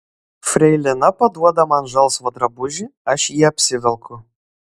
freilina paduoda man žalsvą drabužį aš jį apsivelku